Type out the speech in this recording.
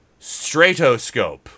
stratoscope